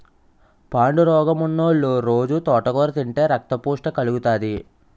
పాండురోగమున్నోలు రొజూ తోటకూర తింతే రక్తపుష్టి కలుగుతాది